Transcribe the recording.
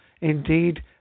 indeed